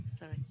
Sorry